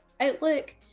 outlook